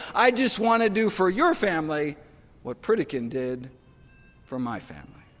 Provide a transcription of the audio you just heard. i just want to do for your family what pritikin did for my family.